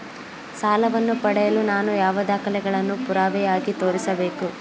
ಸಾಲವನ್ನು ಪಡೆಯಲು ನಾನು ಯಾವ ದಾಖಲೆಗಳನ್ನು ಪುರಾವೆಯಾಗಿ ತೋರಿಸಬೇಕು?